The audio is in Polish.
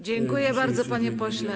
Dziękuję bardzo, panie pośle.